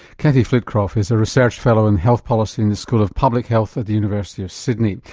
kathy flitcroft is a research fellow in health policy in the school of public health at the university of sydney.